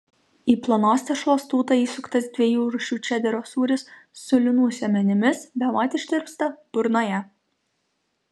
į plonos tešlos tūtą įsuktas dviejų rūšių čederio sūris su linų sėmenimis bemat ištirpsta burnoje